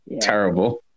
Terrible